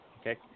Okay